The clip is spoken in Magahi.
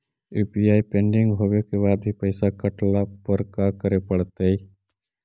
यु.पी.आई पेंडिंग होवे के बाद भी पैसा कटला पर का करे पड़तई?